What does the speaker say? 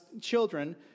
children